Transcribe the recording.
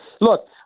Look